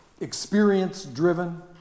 experience-driven